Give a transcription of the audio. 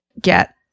get